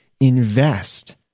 Invest